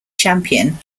champion